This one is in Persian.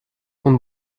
اون